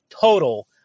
total